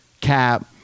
cap